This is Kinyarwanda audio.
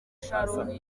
sharon